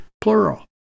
plural